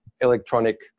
electronic